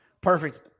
Perfect